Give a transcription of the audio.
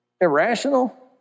irrational